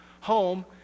home